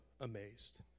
amazed